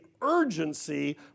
urgency